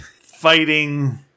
fighting